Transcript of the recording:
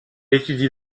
étudie